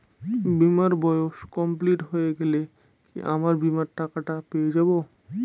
বীমার বয়স কমপ্লিট হয়ে গেলে কি আমার বীমার টাকা টা পেয়ে যাবো?